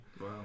Wow